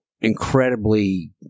incredibly